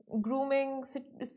Grooming